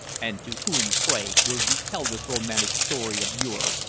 and to whom, pray, will you tell this romantic story of yours?